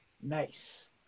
Nice